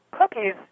Cookies